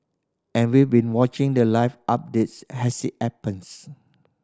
and we were watching the live updates as it happens